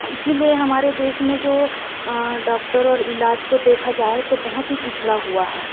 इसीलिए हमारे देश में जो डॉक्टर और ईलाज़ को देखा जाए तो बहुत ही पिछड़ा हुआ है